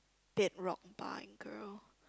dead rock bar and grill